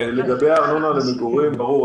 לגבי הארנונה למגורים ברור,